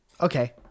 okay